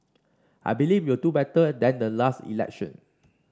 I believe we will do better than the last election